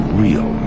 real